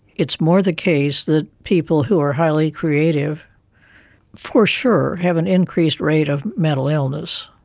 it's more the case that people who are highly creative for sure have an increased rate of mental illness,